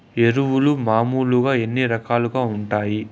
ఎరువులు మామూలుగా ఎన్ని రకాలుగా వుంటాయి?